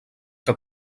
que